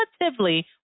relatively